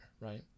right